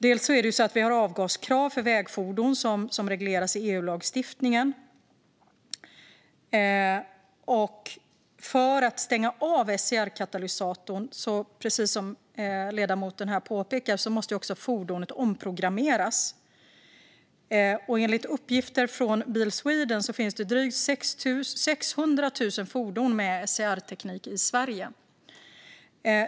Bland annat har vi ju avgaskrav för vägfordon som regleras i EU-lagstiftningen, och för att stänga av SCR-katalysatorn måste, precis som ledamoten påpekar, fordonet också omprogrammeras. Enligt uppgifter från Bil Sweden finns det drygt 600 000 fordon med SCR-teknik i Sverige.